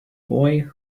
boy